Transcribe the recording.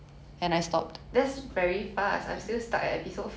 I do better and more productive things